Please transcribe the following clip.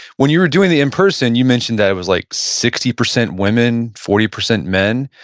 when you were doing the in person, you mentioned that it was like sixty percent women, forty percent men.